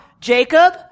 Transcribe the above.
Jacob